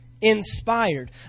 inspired